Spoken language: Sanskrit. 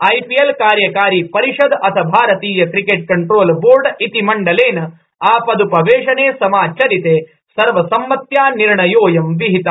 आईपीएल कार्यकारि परिषद अथ भारतीय क्रिकेट कंट्रोल बोर्ड इति मण्डलेन आपदपवेशने समाचरिते सर्वसम्मत्या निर्णयोयं विहित